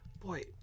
Boy